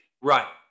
Right